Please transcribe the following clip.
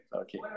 Okay